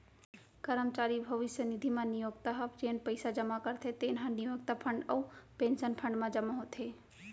करमचारी भविस्य निधि म नियोक्ता ह जेन पइसा जमा करथे तेन ह नियोक्ता फंड अउ पेंसन फंड म जमा होथे